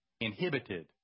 inhibited